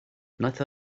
wnaeth